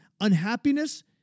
unhappiness